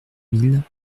mille